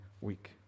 week